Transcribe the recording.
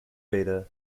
beta